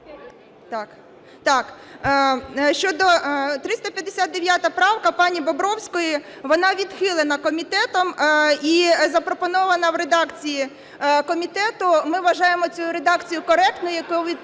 Так. Так щодо 359 правки пані Бобровської, вона відхилена комітетом і запропонована в редакції комітету. Ми вважаємо цю редакцію коректною, яка відповідає